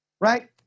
Right